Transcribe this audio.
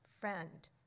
friend